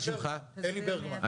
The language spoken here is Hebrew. אלי ברגמן.